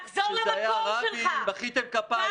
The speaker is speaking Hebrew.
כשזה היה רבין, מחאתם כפיים